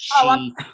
she-